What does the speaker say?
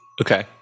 Okay